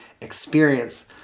experience